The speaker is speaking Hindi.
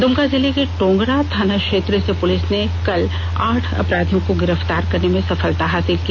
द्मका जिले के टोंगरा थाना क्षेत्र से पूलिस ने कल आठ अपराधियों को गिरफ्तार करने में सफलता हासिल की